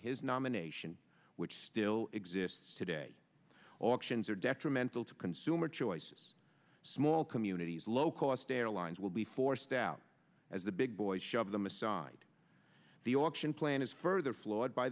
his nomination which still exists today options are detrimental to consumer choice small communities low cost airlines will be forced out as the big boys shove them aside the option plan is further flawed by